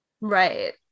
right